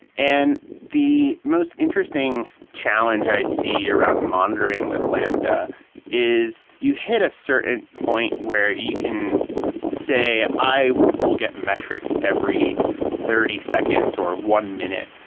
and the most interesting challenge i see around monitoring with lambda is you hit a certain point where you can say, i will get metrics every thirty seconds or one minute.